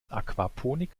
aquaponik